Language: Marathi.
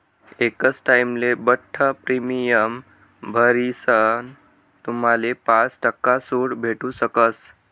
एकच टाइमले बठ्ठ प्रीमियम भरीसन तुम्हाले पाच टक्का सूट भेटू शकस